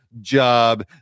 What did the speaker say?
job